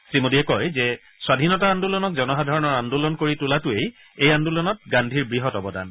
শ্ৰীমোদীয়ে কয় যে স্বাধীনতা আন্দোলনক জনসাধাৰণৰ আন্দোলন কৰি তোলাটোৱেই এই আন্দোলনত গান্ধীৰ বৃহৎ অৱদান